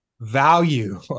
Value